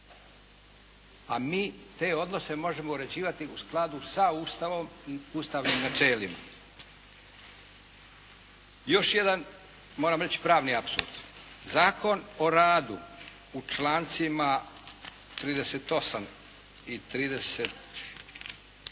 A mi te odnose možemo uređivati u skladu sa Ustavom i ustavnim načelima. Još jedan moram reći pravni apsurd. Zakon o radu u člancima 38. i 39.